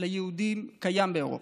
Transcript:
ליהודים קיים באירופה.